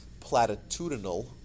platitudinal